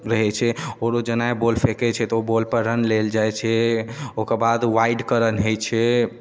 रहै छै आओर जेना बौल फेकै छै तऽ ओ बौल पर रन लेल जाइ छै ओकर बाद वाइड के रन होइ छै